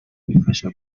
bifasha